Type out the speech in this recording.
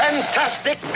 Fantastic